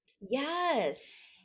Yes